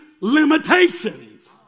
limitations